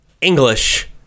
English